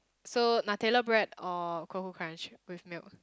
so Nutella bread or Koko Krunch with milk